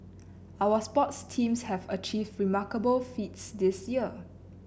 our sports teams have achieved remarkable feats this year